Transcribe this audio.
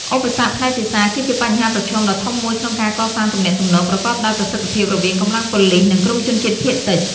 ឧបសគ្គផ្នែកភាសាគឺជាបញ្ហាប្រឈមដ៏ធំមួយក្នុងការកសាងទំនាក់ទំនងប្រកបដោយប្រសិទ្ធភាពរវាងកម្លាំងប៉ូលិស និងក្រុមជនជាតិភាគតិច។